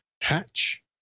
Hatch